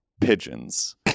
pigeons